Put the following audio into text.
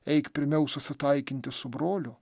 eik pirmiau susitaikinti su broliu